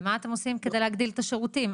ומה אתם עושים כדי להגדיל את השירותים?